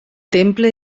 temple